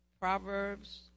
Proverbs